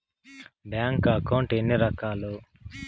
bank account ఎన్ని రకాలు